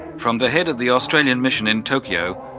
from the head of the australian mission in tokyo,